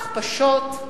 הכפשות,